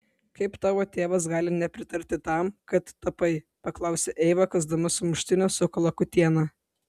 kaip tavo tėvas gali nepritarti tam kad tapai paklausė eiva kąsdama sumuštinio su kalakutiena